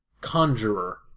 conjurer